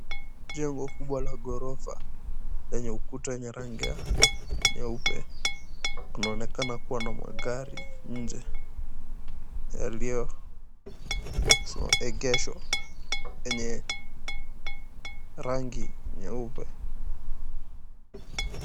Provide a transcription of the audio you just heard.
Jengo kubwa la ghorofa lenye ukuta wenye rangi ya nyeupe. Kunaonekana kuwa na magari nje yaliyoegeshwa yenye rangi nyeupe.